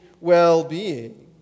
well-being